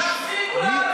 תפסיקו להרוס,